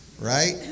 right